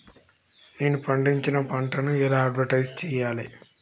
నేను పండించిన పంటను ఎలా అడ్వటైస్ చెయ్యాలే?